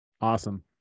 Awesome